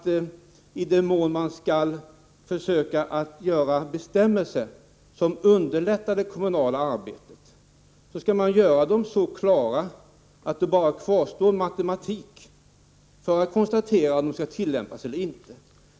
I den mån man skall försöka att införa bestämmelser som underlättar det kommunala arbetet skall man göra dem så klara att det bara kvarstår matematik för att konstatera om de skall tillämpas eller inte.